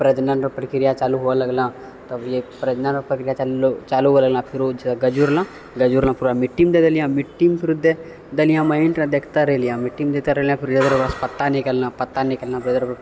प्रजनन रऽ प्रक्रिया चालू होवै लगलँ तभिये प्रजनन रऽ प्रक्रिया चालू होवै लगलै फिरो गजुरलै गजुरलै पूरा मिट्टीमे दै देलियँ मिट्टीमे फेरु देलियँ माटिमे देखते रहलियँ मिट्टीमे पत्ता निकलै पत्ता निकलै